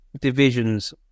divisions